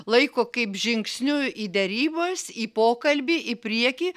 laiko kaip žingsniu į derybas į pokalbį į priekį